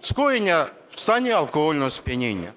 скоєння в стані алкогольного сп'яніння.